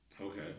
Okay